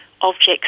objects